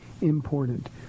important